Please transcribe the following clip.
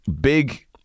big